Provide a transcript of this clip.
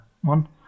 one